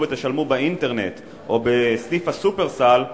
ותשלמו באינטרנט או בסניף "שופרסל",